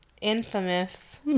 infamous